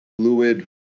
fluid